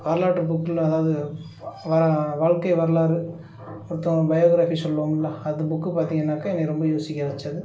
வரலாற்று புக்கில் அதாவது வா வாழ்க்கை வரலாறு ஒருத்தவங்கள் பயோகிராபி சொல்வோம்ல அது புக்கு பார்த்தீங்கன்னாக்கா என்னைய ரொம்ப யோசிக்க வச்சது